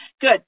Good